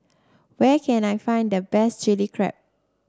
where can I find the best Chilli Crab